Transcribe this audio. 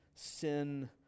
Sin